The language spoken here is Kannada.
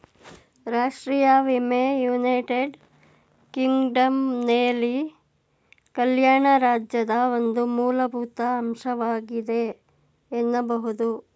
ರಾಷ್ಟ್ರೀಯ ವಿಮೆ ಯುನೈಟೆಡ್ ಕಿಂಗ್ಡಮ್ನಲ್ಲಿ ಕಲ್ಯಾಣ ರಾಜ್ಯದ ಒಂದು ಮೂಲಭೂತ ಅಂಶವಾಗಿದೆ ಎನ್ನಬಹುದು